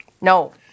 No